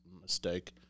Mistake